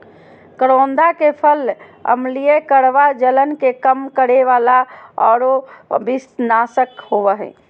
करोंदा के फल अम्लीय, कड़वा, जलन के कम करे वाला आरो विषनाशक होबा हइ